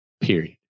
Period